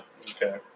Okay